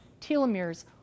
telomeres